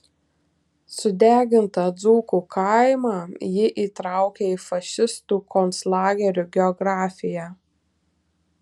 sudegintą dzūkų kaimą ji įtraukia į fašistų konclagerių geografiją